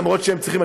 אף שהם צריכים,